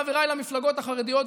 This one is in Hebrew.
חבריי למפלגות החרדיות,